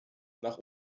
nach